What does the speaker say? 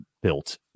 built